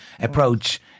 approach